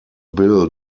bill